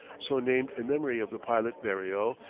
so named in memory of the pilot berrio,